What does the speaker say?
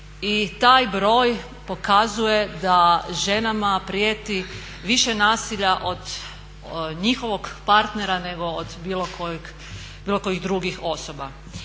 I taj broj pokazuje da ženama prijeti više nasilja od njihovog partnera, nego od bilo kojih drugih osoba.